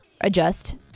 adjust